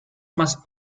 must